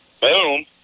Boom